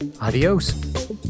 Adios